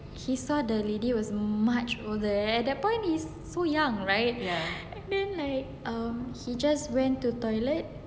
he saw the lady was much older at that point is so young right and then like um he just went to toilet